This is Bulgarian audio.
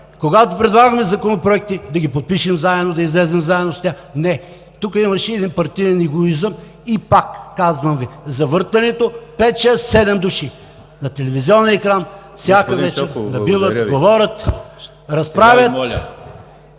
когато предлагахме законопроекти, да ги подпишем заедно, да излезем заедно с тях – не! Тук имаше един партиен егоизъм и пак казвам Ви: завъртането е от пет-шест-седем души на телевизионен екран всяка вечер! Набиват, говорят, разправят,